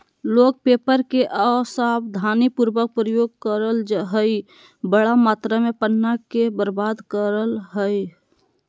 लोग पेपर के असावधानी पूर्वक प्रयोग करअ हई, बड़ा मात्रा में पन्ना के बर्बाद करअ हई